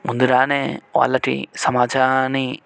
ముందుగానే వాళ్ళకి సమాచారాన్ని